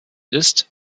ist